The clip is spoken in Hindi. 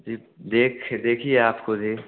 जी देखिए देखिए आप ख़ुद ही